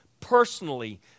personally